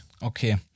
Okay